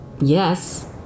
yes